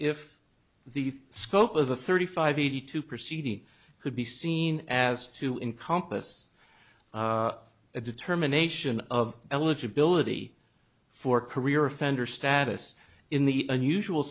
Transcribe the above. if the scope of the thirty five eighty two proceeding could be seen as to encompass a determination of eligibility for career offender status in the unusual